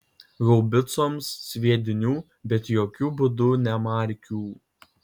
haubicoms sviedinių bet jokiu būdu ne markių